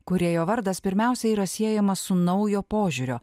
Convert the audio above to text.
kūrėjo vardas pirmiausia yra siejamas su naujo požiūrio